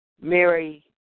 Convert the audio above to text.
Mary